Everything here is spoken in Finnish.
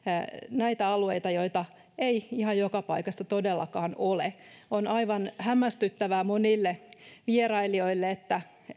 näitä alueita joita ei ihan joka paikassa todellakaan ole on aivan hämmästyttävää monille vierailijoille että